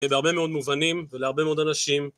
ובהרבה מאוד מובנים ולהרבה מאוד אנשים.